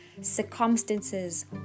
circumstances